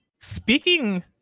Speaking